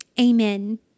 Amen